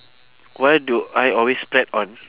why do I always splat on